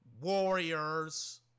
Warriors